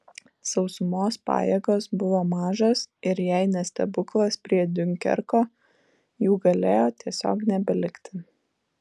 sausumos pajėgos buvo mažos ir jei ne stebuklas prie diunkerko jų galėjo tiesiog nebelikti